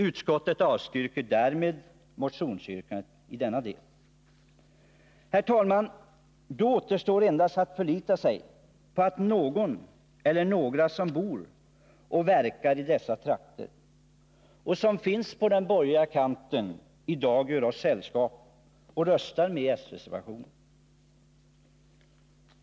Utskottet avstyrker sålunda motionsyrkandet.” Herr talman! Då återstår endast att förlita sig på att någon eller några som bor och verkar i dessa trakter och som finns på den borgerliga kanten, i dag gör oss sällskap och röstar för s-reservationen.